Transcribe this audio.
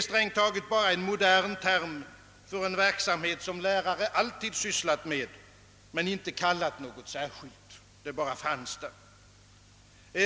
Strängt taget är det bara en modern term för en verksamhet som lärare alltid sysslat med men inte kallat någonting särskilt — den bara fanns där.